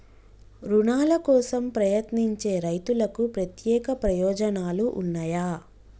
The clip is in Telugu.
రుణాల కోసం ప్రయత్నించే రైతులకు ప్రత్యేక ప్రయోజనాలు ఉన్నయా?